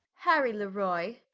harry le roy